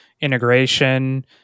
integration